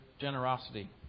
generosity